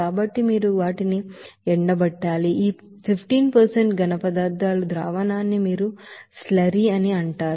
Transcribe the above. కాబట్టి మీరు వీటిని ఎండబెట్టాలి ఈ 15 సాలిడ్ పదార్థాల సొల్యూషన్న్ని మీరు స్లర్రీ అని అంటారు